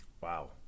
Wow